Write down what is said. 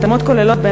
ההתאמות כוללות,